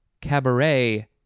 cabaret